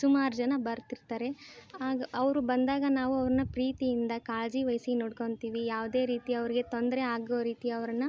ಸುಮಾರು ಜನ ಬರ್ತಿರ್ತಾರೆ ಆಗ ಅವರು ಬಂದಾಗ ನಾವು ಅವ್ರನ್ನ ಪ್ರೀತಿಯಿಂದ ಕಾಳಜಿ ವಹಿಸಿ ನೋಡ್ಕೊಳ್ತೀವಿ ಯಾವುದೇ ರೀತಿ ಅವ್ರಿಗೆ ತೊಂದರೆ ಆಗೊ ರೀತಿ ಅವರನ್ನ